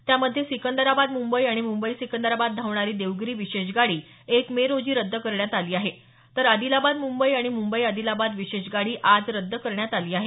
त्यामधे सिकंदराबाद मुंबई आणि मुंबई सिकंदराबाद धावणारी देवगिरी विशेष गाडी एक मे रोजी रद्द करण्यात आली आहे तर आदिलाबाद मुंबई आणि मुंबई आदिलाबाद विशेष गाडी आज रद्द करण्यात आली आहे